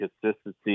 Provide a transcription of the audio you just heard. consistency